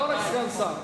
לא רק סגן שר.